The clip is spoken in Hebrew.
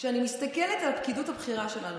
כשאני מסתכלת על הפקידות הבכירה שלנו,